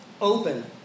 open